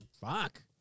fuck